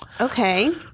Okay